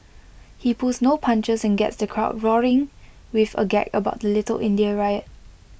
he pulls no punches and gets the crowd roaring with A gag about the little India riot